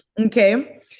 Okay